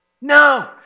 No